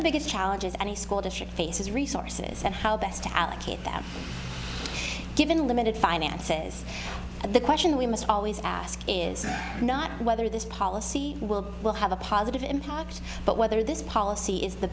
the biggest challenges any school district faces resources and how best to allocate them given limited finances and the question we must always ask is not whether this policy will will have a positive impact but whether this policy is the